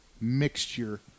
mixture